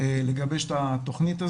120 יום לגבש את התכנית הזאת.